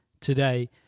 today